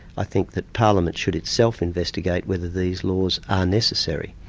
i think that parliament should itself investigate whether these laws are necessary.